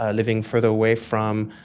ah living further away from,